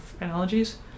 analogies